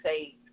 say